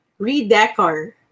Redecor